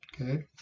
Okay